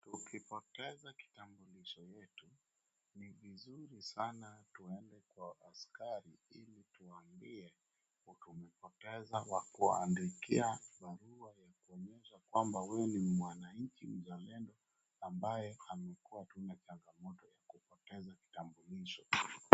Ukipoteza kitambulisho yetu ni vizuri sana tuende kwa askari ili tuwaambie utumepoteza wakuandikia barua ya kuonyesha kwamba huyu ni mwananchi mzalendo ambaye amekua tu na changamoto ya kupoteza kitambulisho.